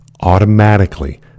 automatically